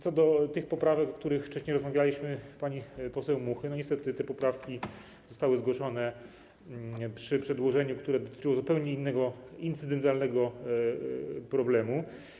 Co do tych poprawek, o których wcześniej rozmawialiśmy, pani poseł Muchy, to niestety te poprawki zostały zgłoszone do przedłożenia, które dotyczyło zupełnie innego, incydentalnego problemu.